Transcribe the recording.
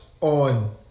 On